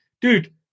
dude